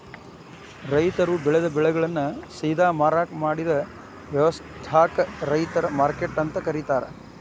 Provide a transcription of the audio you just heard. ರೈತರು ಬೆಳೆದ ಬೆಳೆಗಳನ್ನ ಸೇದಾ ಮಾರಾಕ್ ಮಾಡಿದ ವ್ಯವಸ್ಥಾಕ ರೈತರ ಮಾರ್ಕೆಟ್ ಅಂತ ಕರೇತಾರ